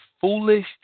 foolish